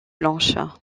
blanches